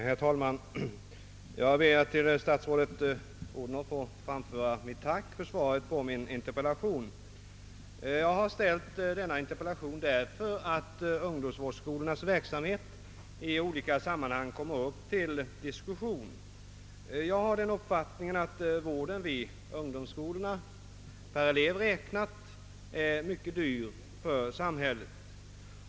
Herr talman! Jag ber att få tacka statsrådet fru Odhnoff för svaret på min interpellation. Anledningen till att jag framställt denna interpellation är att ungdomsvårdsskolornas verksamhet i olika sammanhang kommer upp till diskussion. Jag har den uppfattningen att vården vid dessa skolor per elev räknat är mycket dyr för samhället.